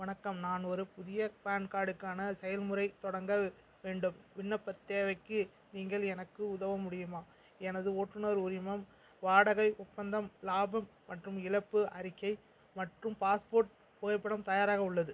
வணக்கம் நான் ஒரு புதிய பான் கார்டுக்கான செயல்முறைத் தொடங்க வேண்டும் விண்ணப்பத் தேவைக்கு நீங்கள் எனக்கு உதவ முடியுமா எனது ஓட்டுநர் உரிமம் வாடகை ஒப்பந்தம் லாபம் மற்றும் இழப்பு அறிக்கை மற்றும் பாஸ்போர்ட் புகைப்படம் தயாராக உள்ளது